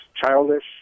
childish